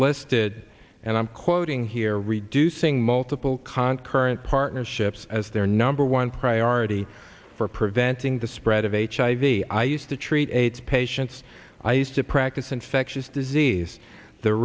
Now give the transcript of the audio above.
listed and i'm quoting here reducing multiple konqueror and partnerships as their number one priority for preventing the spread of hiv i used to treat aids patients i used to practice infectious disease the